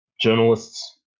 journalists